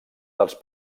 dels